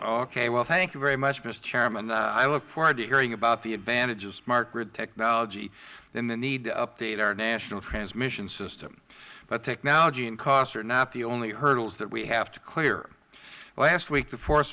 okay well thank you very much mister chairman i look forward to hearing about the advantage of smart grid technology and the need to update our national transmission system technology and costs are not the only hurdles that we have to clear last week the fo